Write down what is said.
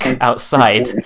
outside